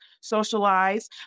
socialize